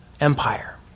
empire